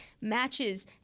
matches